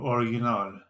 Original